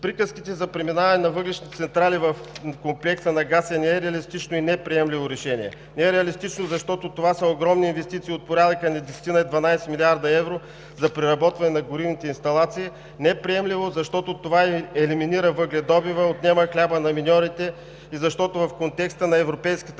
Приказките за преминаване на въглищните централи в комплекса на газ е нереалистично и неприемливо решение. Не е реалистично, защото това са огромни инвестиции от порядъка на десетина, дванадесет милиарда евро за преработване на горивните инсталации, неприемливо, защото това елиминира въгледобива, отнема хляба на миньорите и защото в контекста на европейската